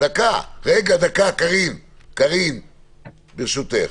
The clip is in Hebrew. קארין, ברשותך,